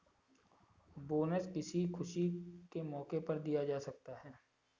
bonus किसी खुशी के मौके पर दिया जा सकता है